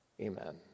Amen